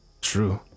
True